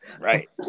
Right